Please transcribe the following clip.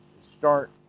start